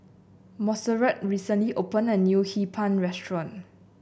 Monserrat recently opened a new Hee Pan restaurant